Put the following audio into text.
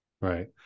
Right